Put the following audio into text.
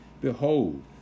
Behold